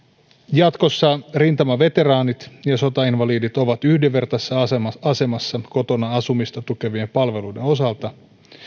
jatkossa rintamaveteraanit ja sotainvalidit ovat yhdenvertaisessa asemassa asemassa kotona asumista tukevien palveluiden osalta